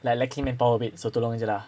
like my team mates so tolong jer lah